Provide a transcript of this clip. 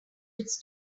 its